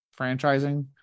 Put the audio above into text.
franchising